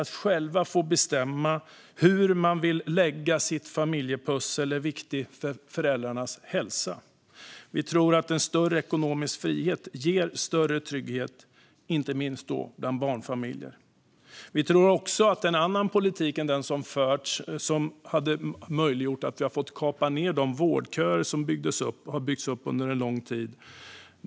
Att själv få välja och bestämma hur man vill lägga sitt familjepussel är viktigt för föräldrarnas hälsa. Vi tror att större ekonomisk frihet ger större trygghet, inte minst bland barnfamiljer. Vi tror också att en annan politik än den som har förts hade gjort det möjligt att kapa de vårdköer som byggts upp under lång tid.